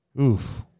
oof